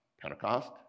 Pentecost